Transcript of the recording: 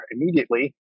immediately